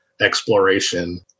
exploration